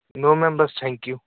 ਨੋ ma'am ਬਸ thank you